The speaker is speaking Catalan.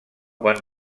van